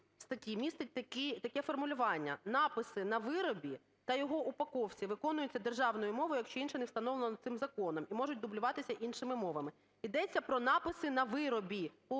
статті містить таке формулювання: "Написи на виробі та його упаковці виконуються державною мовою, якщо інше не встановлено цим законом, і можуть дублюватися іншими мовами". Йдеться про написи на виробі, по упаковці